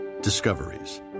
Discoveries